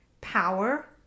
Power